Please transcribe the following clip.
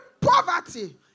poverty